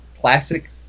classic